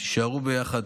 תישארו ביחד,